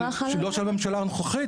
לא של הממשלה הנוכחית.